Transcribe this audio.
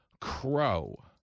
Crow